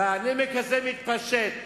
והנמק הזה מתפשט